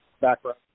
background